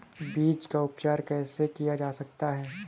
बीज का उपचार कैसे किया जा सकता है?